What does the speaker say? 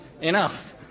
enough